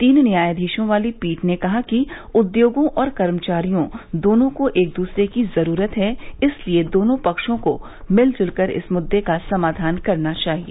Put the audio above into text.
तीन न्यायाधीशों वाली पीठ ने कहा कि उद्योगों और कर्मचारियों दोनों को एक दूसरे की जरूरत है इसलिए दोनों पक्षों को मिलजुल कर इस मुद्दे का समाधान करना चाहिए